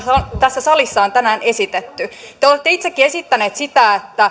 tässä salissa on tänään esitetty te olette itsekin esittänyt sitä